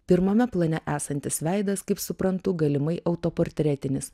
pirmame plane esantis veidas kaip suprantu galimai auto portretinis